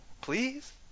Please